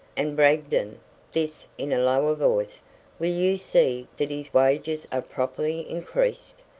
and bragdon this in a lower voice will you see that his wages are properly increased?